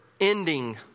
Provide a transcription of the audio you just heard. ending